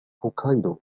هوكايدو